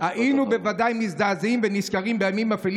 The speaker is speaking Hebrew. היינו בוודאי מזדעזעים ונזכרים בימים אפלים